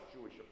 jewish